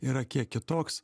yra kiek kitoks